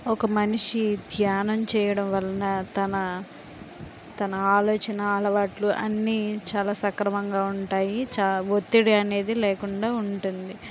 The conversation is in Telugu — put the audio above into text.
ఒక మనిషి ధ్యానం చేయడం వలన తన తన ఆలోచన అలవాట్లు అన్నీ చాలా సక్రమంగా ఉంటాయి చ ఒత్తిడి అనేది లేకుండా ఉంటుంది